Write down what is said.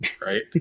Right